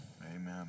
Amen